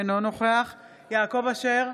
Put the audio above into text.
אינו נוכח יעקב אשר,